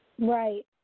Right